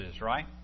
right